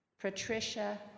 Patricia